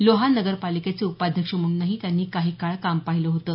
लोहा नगर पालिकेचे उपाध्यक्ष म्हणूनही त्यांनी काही काळ काम पाहिलं होतं